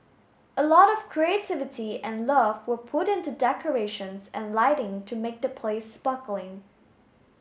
a lot of creativity and love were put into decorations and lighting to make the place sparkling